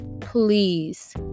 please